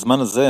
בזמן הזה,